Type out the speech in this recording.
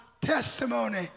testimony